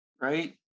right